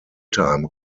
time